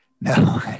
No